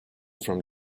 from